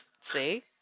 See